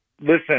Listen